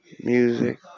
music